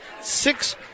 Six